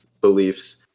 beliefs